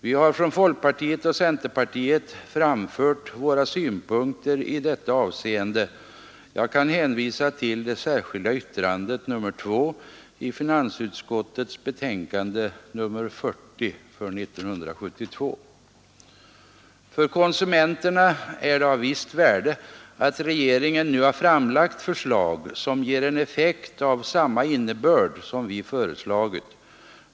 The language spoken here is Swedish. Vi har från folkpartiet och centerpartiet framfört våra synpunkter i detta avseende. Jag kan hänvisa till det särskilda yttrandet nr 2 i finansutskottets betänkande nr 40 år 1972. För konsumenterna är det av visst värde att regeringen nu har framlagt förslag som ger en effekt av samma innebörd som vi föreslagit.